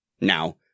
now